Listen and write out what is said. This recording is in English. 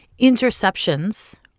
interceptions